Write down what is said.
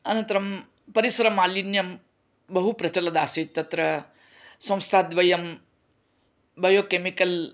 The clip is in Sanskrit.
अनन्तरं परिसरमालिन्यं बहु प्रचलद् आसीत् तत्र संस्थाद्वयं बायो केमिकल्